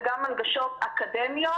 וגם הנגשות אקדמיות,